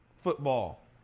football